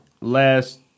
last